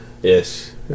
Yes